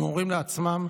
הם אומרים לעצמם: